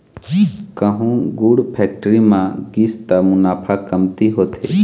कहूँ गुड़ फेक्टरी म गिस त मुनाफा कमती होथे